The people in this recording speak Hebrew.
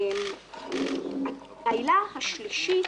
העילה השלישית,